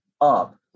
up